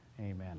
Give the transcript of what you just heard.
Amen